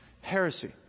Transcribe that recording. heresy